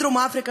מדרום-אפריקה,